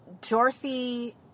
Dorothy